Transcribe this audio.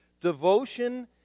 Devotion